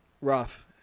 rough